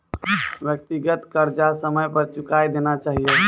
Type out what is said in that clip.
व्यक्तिगत कर्जा समय पर चुकाय देना चहियो